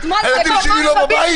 הילדים שלי לא בבית?